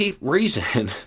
reason